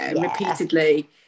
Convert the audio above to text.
repeatedly